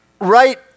right